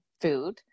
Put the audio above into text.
food